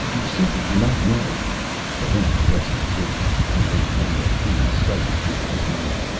you simply do not know barrent pressed the trigger, and the narrow beam scythed through the panel.